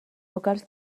vocals